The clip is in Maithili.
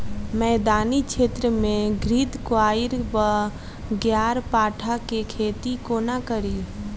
मैदानी क्षेत्र मे घृतक्वाइर वा ग्यारपाठा केँ खेती कोना कड़ी?